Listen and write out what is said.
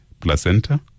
placenta